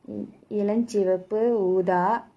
இளஞ்சிவப்பு ஊதா:ilanchivappu oodha